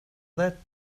that